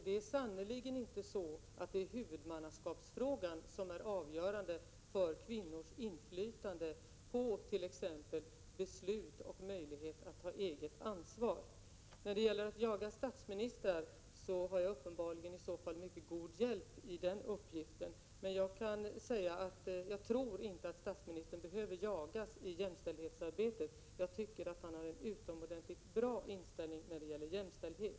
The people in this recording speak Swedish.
Det är sannerligen inte huvudmannaskapsfrågan som är avgörande för kvinnors inflytande på t.ex. beslut och deras möjligheter att ta eget ansvar. När det gäller att jaga statsministern har jag uppenbarligen mycket god hjälp i den uppgiften. Jag kan säga att jag inte tror att statsministern behöver jagas i jämställdhetsarbetet. Jag tycker att han har en utomordentligt bra inställning när det gäller jämställdhet.